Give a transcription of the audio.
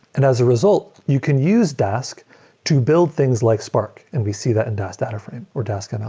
and as a result, you can use dask to build things like spark and we see that in dask data frame or dask ml.